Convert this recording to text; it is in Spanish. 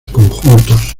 conjuntos